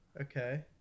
Okay